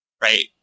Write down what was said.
right